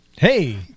Hey